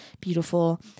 beautiful